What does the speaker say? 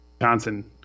Johnson